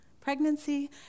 pregnancy